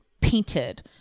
painted